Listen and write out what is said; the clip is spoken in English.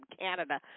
Canada